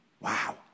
Wow